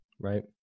Right